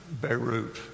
Beirut